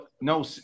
no